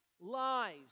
lies